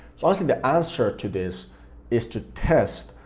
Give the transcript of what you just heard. so honestly the answer to this is to test,